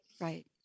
Right